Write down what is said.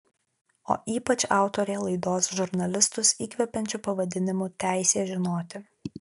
o ypač autorė laidos žurnalistus įkvepiančiu pavadinimu teisė žinoti